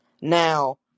Now